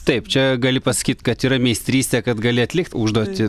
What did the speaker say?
taip čia gali pasakyt kad yra meistrystė kad gali atlikt užduotį